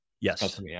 Yes